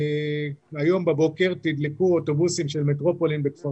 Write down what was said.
היום בבוקר תדלקו אוטובוסים של מטרופולין בכפר